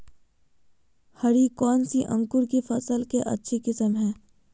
हरी कौन सी अंकुर की फसल के अच्छी किस्म है?